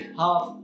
half